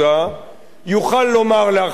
יוכל לומר לאחר חקיקה,